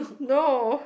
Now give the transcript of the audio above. no